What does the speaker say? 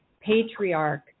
Patriarch